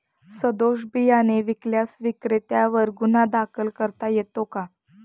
सदोष बियाणे विकल्यास विक्रेत्यांवर गुन्हा दाखल करता येतो का?